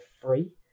free